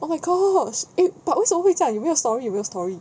oh my gosh eh but 为什么会这样有没有 story 有没有 story